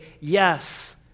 yes